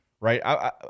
right